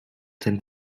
san